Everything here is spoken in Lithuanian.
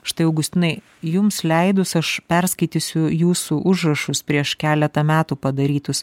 štai augustinai jums leidus aš perskaitysiu jūsų užrašus prieš keletą metų padarytus